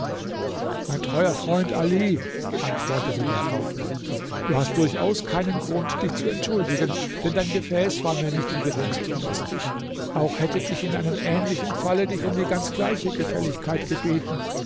mein treuer freund ali antwortete der kaufmann du hast durchaus keinen grund dich zu entschuldigen denn dein gefäß war mir nicht im geringsten lästig auch hätte ich in einem ähnlichen falle dich um die ganz gleiche gefälligkeit gebeten